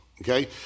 okay